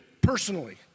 personally